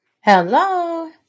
Hello